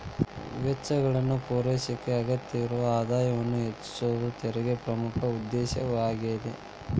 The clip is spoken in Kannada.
ವೆಚ್ಚಗಳನ್ನ ಪೂರೈಸಕ ಅಗತ್ಯವಿರೊ ಆದಾಯವನ್ನ ಹೆಚ್ಚಿಸೋದ ತೆರಿಗೆ ಪ್ರಮುಖ ಉದ್ದೇಶವಾಗ್ಯಾದ